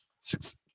six